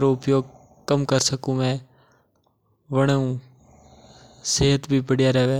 रो उपयोग वदाई दो।